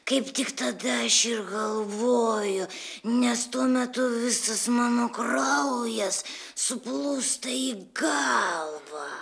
kaip tik tada aš ir galvoju nes tuo metu visas mano kraujas suplūsta į galvą